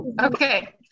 Okay